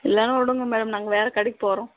இல்லைன்னா விடுங்க மேடம் நாங்கள் வேறு கடைக்கு போகிறோம்